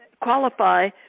qualify